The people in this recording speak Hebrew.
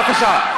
בבקשה.